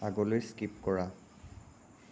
আগলৈ স্কিপ কৰা